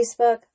Facebook